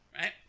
right